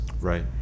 right